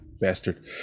bastard